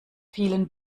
vielen